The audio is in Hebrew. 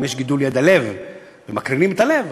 אם יש גידול ליד הלב ומקרינים את הלב,